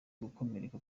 gukomereka